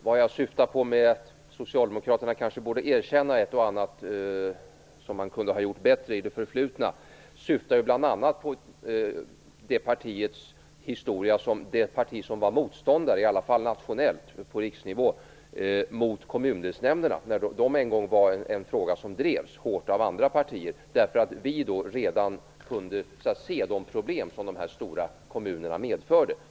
Fru talman! När jag sade att socialdemokraterna kanske borde erkänna ett och annat som man kunde ha gjort bättre i det förflutna syftade jag bl.a. på partiets historia som motståndare, i alla fall nationellt, på riksnivå, till kommundelsnämnderna. Det var en fråga som drevs hårt av andra partier därför att vi redan kunde se de problem som de stora kommunerna medförde.